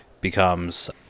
becomes